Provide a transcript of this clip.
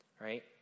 right